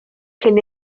cyn